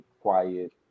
quiet